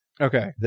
Okay